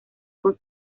con